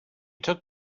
took